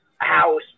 house